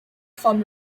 fund